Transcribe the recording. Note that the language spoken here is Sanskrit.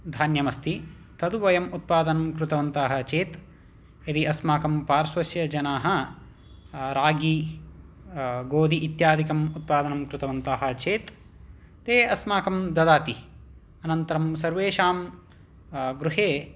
धान्यमस्ति तद् वयम् उत्पादनं कृतवन्तः चेत् यदि अस्माकं पार्श्वस्य जनाः रागि गोदि इत्यादिकम् उत्पादनं कृतवन्तः चेत् ते अस्माकं ददाति अनन्तरं सर्वेषां गृहे